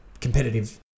competitive